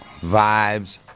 Vibes